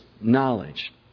knowledge